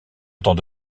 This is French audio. temps